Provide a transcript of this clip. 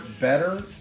better